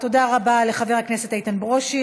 תודה רבה לחבר הכנסת איתן ברושי.